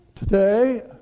Today